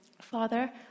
Father